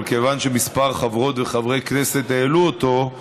אבל כיוון שכמה חברות וחברי כנסת העלו אותו,